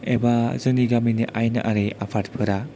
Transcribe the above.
एबा जोंनि गामिनि आयेनयारि आफादफोरा